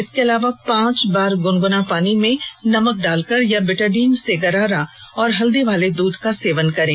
इसके अलावा पांच बार गुनगुना पानी में नमक डालकर या बेटाडीन से गरारा और हल्दी वाले दूध का सेवन करें